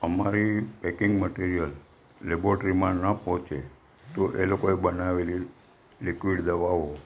Amri packing material લેબોરેટરીમાં ન પહોંચે તો એ લોકોએ બનાવેલી લિક્વિડ દવાઓ